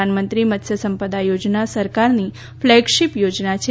પ્રધાનમંત્રી મત્સ્ય સંપદા યોજના સરકારની ફ્લેગશીપ યોજના છે